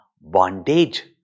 bondage